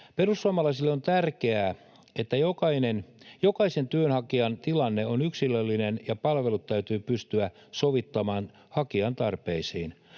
Perussuomalaisille on tärkeää, että jokaisen työnhakijan tilanne on yksilöllinen ja palvelut täytyy pystyä sovittamaan hakijan tarpeisiin.